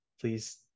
please